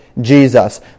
Jesus